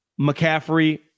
McCaffrey